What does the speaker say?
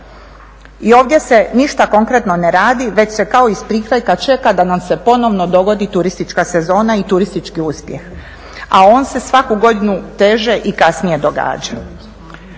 I ovdje se ništa konkretno ne radi već se kao iz prikrajka čeka da nam se ponovno dogodi turistička sezona i turistički uspjeh, a on se svaku godinu teže i kasnije događa.